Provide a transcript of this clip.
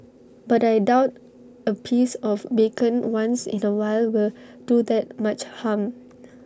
but I doubt A piece of bacon once in A while will do that much harm